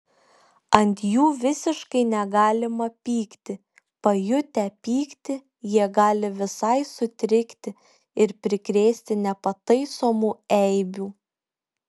ant jų visiškai negalima pykti pajutę pyktį jie gali visai sutrikti ir prikrėsti nepataisomų eibių